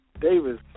Davis